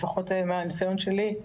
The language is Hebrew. לפחות מהניסיון שלי,